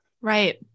Right